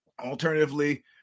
alternatively